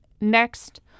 next